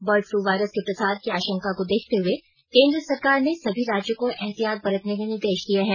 bird flu virus के प्रसार की आशंका को देखते हुए केन्द्र सरकार ने सभी राज्यों को एहतियात बरतने के निर्देश दिये हैं